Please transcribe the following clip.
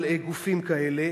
על גופים כאלה.